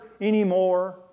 anymore